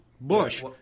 Bush